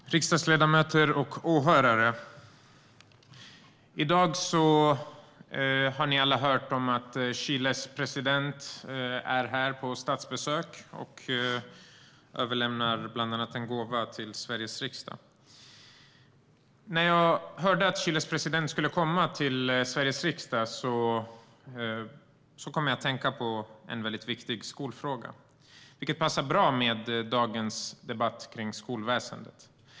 Herr talman, riksdagsledamöter och åhörare! I dag har ni alla hört att Chiles president är här på statsbesök. Hon överlämnar bland annat en gåva till Sveriges riksdag. När jag hörde att Chiles president skulle komma till Sveriges riksdag kom jag att tänka på en väldigt viktig skolfråga som passar bra i dagens debatt om skolväsendet.